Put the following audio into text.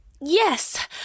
Yes